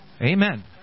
Amen